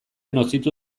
nozitu